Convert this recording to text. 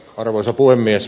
arvoisa puhemies